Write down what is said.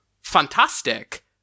fantastic